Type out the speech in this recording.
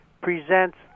presents